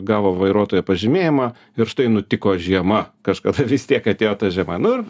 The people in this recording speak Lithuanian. gavo vairuotojo pažymėjimą ir štai nutiko žiema kažkada vis tiek atėjo ta žiema nu